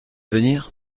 venir